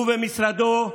הוא ומשרדו,